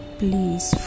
please